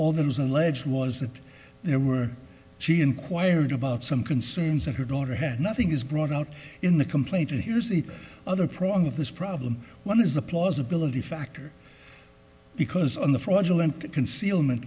all that was alleged was that there were she inquired about some concerns that her daughter had nothing is brought out in the complaint and here's the other prong of this problem one is the plausibility factor because on the fraudulent concealment